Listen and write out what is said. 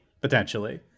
potentially